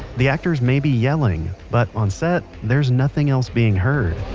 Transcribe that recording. the actors may be yelling, but on set, there's nothing else being heard